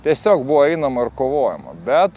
tiesiog buvo einama ir kovojama bet